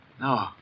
No